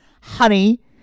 Honey